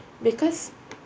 because